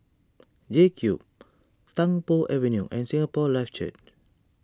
JCube Tung Po Avenue and Singapore Life Church